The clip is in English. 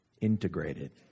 integrated